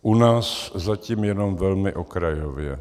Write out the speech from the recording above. U nás zatím jenom velmi okrajově.